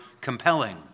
compelling